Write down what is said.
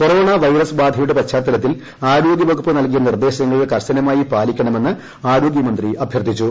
corona virus ബാധയുടെ പശ്ചാത്തലത്തിൽ ആരോഗ്യ വകുപ്പ് നൽകിയ നിർദ്ദേശങ്ങൾ കർശനമായി പാലിക്കണമെന്ന് ആരോഗ്യമന്ത്രി അഭ്യർത്ഥിച്ചു